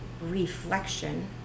reflection